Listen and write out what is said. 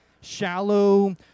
shallow